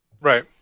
right